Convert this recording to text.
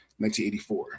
1984